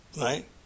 Right